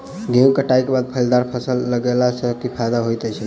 गेंहूँ कटाई केँ बाद फलीदार फसल लगेला सँ की फायदा हएत अछि?